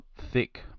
thick